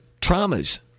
traumas